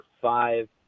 five